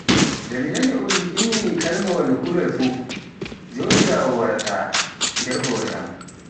Nde mi naani un inni kalimaawal hullol fuf, jomiraawao waraata nder hoore am.